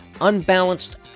Unbalanced